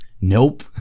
Nope